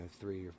three